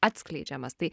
atskleidžiamas tai